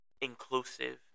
inclusive